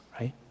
right